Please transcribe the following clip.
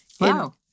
Wow